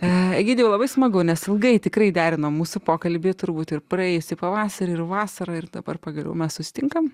netgi labai smagu nes ilgai tikrai derino mūsų pokalbį turbūt ir praėjusį pavasarį ir vasarą ir dabar pagaliau mes susitinkame